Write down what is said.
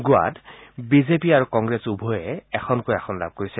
গোৱাত বিজেপি আৰু কংগ্ৰেছ উভয়ে এখনকৈ আসন লাভ কৰিছে